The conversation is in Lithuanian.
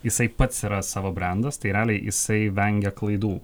jisai pats yra savo brendas tai realiai jisai vengia klaidų